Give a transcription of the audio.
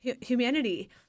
Humanity